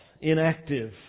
Inactive